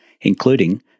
including